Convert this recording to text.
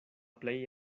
plej